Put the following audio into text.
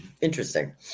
interesting